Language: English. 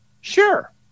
sure